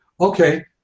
okay